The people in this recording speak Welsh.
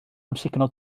amsugno